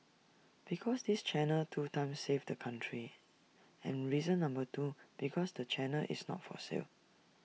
because this channel two times saved the country and reason number two because the channel is not for sale